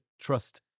trust